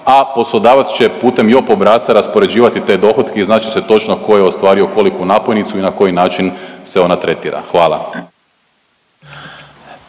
a poslodavac će putem JOP obrasca raspoređivati te dohotke i znat će se točno tko je ostvario koliku napojnicu i na koji način se ona tretira. Hvala.